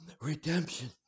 redemption